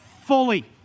fully